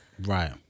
Right